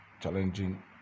challenging